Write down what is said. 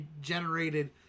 generated